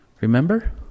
Remember